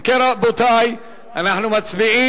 אם כן, רבותי, אנחנו מצביעים